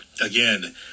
Again